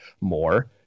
more